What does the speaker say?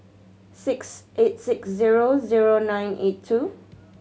six eight six zero zero nine eight two